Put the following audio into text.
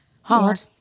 Hard